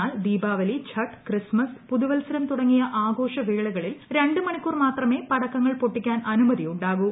എന്നാൽ ദീപാവലി ഛട്ട് ക്രിസ്മസ് പുതുവത്സരം തുടങ്ങിയ ആഘോഷ വേളകളിൽ രണ്ടുമണിക്കൂർ മാത്രമേ പടക്കങ്ങൾ പൊട്ടിക്കാൻ അനുമതി ഉണ്ടാകൂ